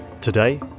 Today